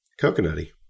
coconutty